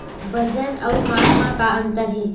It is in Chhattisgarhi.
वजन अउ माप म का अंतर हे?